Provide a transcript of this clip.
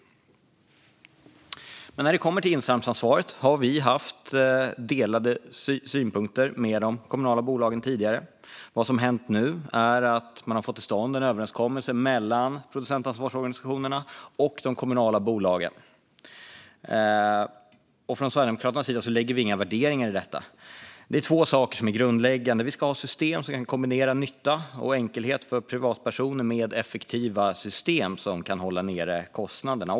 När det kommer till insamlingsansvaret har vi tidigare delat de kommunala bolagens synpunkter. Vad som hänt nu är att man har fått till stånd en överenskommelse mellan producentansvarsorganisationerna och de kommunala bolagen. Från Sverigedemokraternas sida lägger vi inga värderingar i detta. Det grundläggande är att vi ska ha system som kan kombinera nytta och enkelhet för privatpersoner med effektiva system som kan hålla nere kostnaderna.